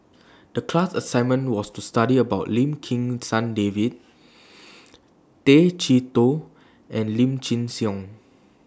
The class assignment was to study about Lim Kim San David Tay Chee Toh and Lim Chin Siong